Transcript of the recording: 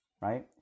Right